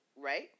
right